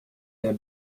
der